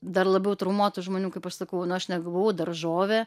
dar labiau traumuotų žmonių kaip aš sakau nu aš nebuvau daržovė